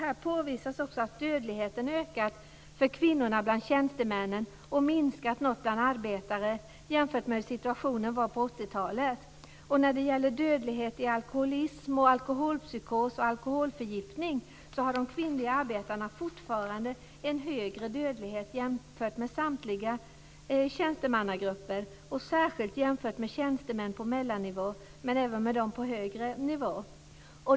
Här påvisas också att dödligheten ökat för kvinnorna bland tjänstemännen och minskat något bland arbetare jämfört med hur situationen var på 80 När det gäller dödlighet i alkoholism, alkoholpsykos och alkoholförgiftning har de kvinnliga arbetarna fortfarande en högre dödlighet än samtliga tjänstemannagrupper. Detta gäller särskilt jämfört med tjänstemän på mellannivå men även jämfört med dem på högre nivå.